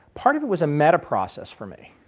part of it was a meta-process for me.